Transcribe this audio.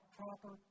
proper